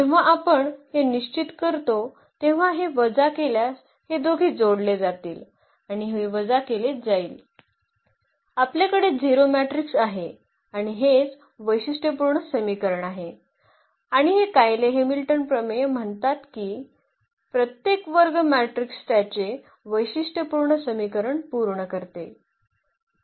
जेव्हा आपण हे निश्चित करतो तेव्हा हे वजा केल्यास हे दोघे जोडले जातील आणि हे वजा केले जाईल आपल्याकडे 0 मॅट्रिक्स आहे आणि हेच वैशिष्ट्यपूर्ण समीकरण आहे आणि हे कायले हॅमिल्टन प्रमेय म्हणतात की प्रत्येक वर्ग मॅट्रिक्स त्याचे वैशिष्ट्यपूर्ण समीकरण पूर्ण करते